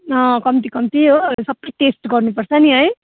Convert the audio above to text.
कम्ती कम्ती हो सब टेस्ट गर्नु पर्छ नि है